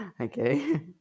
Okay